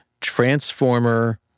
Transformer